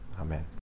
Amen